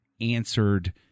answered